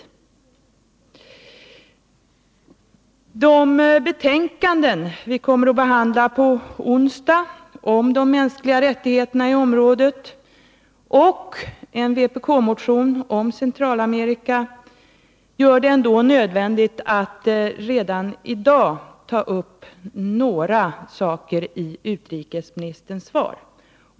Trots de betänkanden och den vpk-motion om Centralamerika som vi kommer att behandla på onsdag är det nödvändigt att redan i dag ta upp några saker i utrikesministerns svar.